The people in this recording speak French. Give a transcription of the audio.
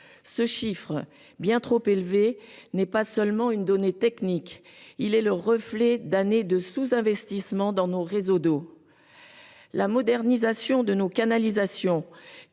Ce chiffre, bien trop élevé, n’est pas seulement une donnée technique. Il est aussi le reflet d’années de sous investissements dans nos réseaux d’eau. La modernisation de nos canalisations,